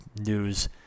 news